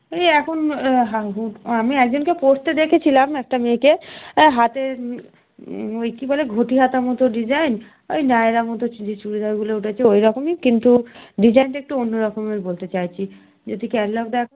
এই এখন আমি একজনকে পরতে দেখেছিলাম একটা মেয়েকে হাতে ওই কী বলে ঘটি হাতা মতো ডিজাইন ওই নায়রা মতো চুড়িদারগুলো উঠেছে ওই রকমই কিন্তু ডিজাইনটা একটু অন্য রকমের বলতে চাইছি যদি ক্যাটলগ দেখাও